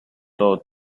todo